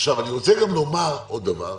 עוד דבר,